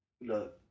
Look